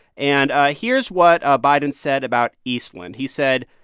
and ah here's what ah biden said about eastland. he said,